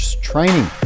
training